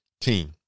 team